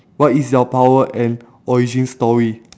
what is your power and origin story